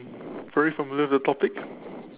very familiar with the topic